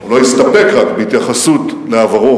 הסתפק רק בהתייחסות לעברו.